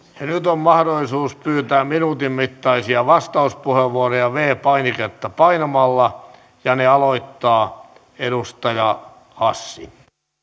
nyt on mahdollisuus pyytää minuutin mittaisia vastauspuheenvuoroja viides painiketta painamalla ja ne aloittaa edustaja hassi